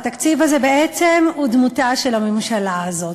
התקציב הזה בעצם הוא דמותה של הממשלה הזאת: